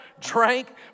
drank